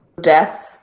death